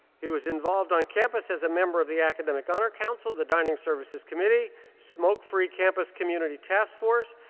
he was involved on campus as a member of the academic honor council, the dining services committee, smoke free campus community task force,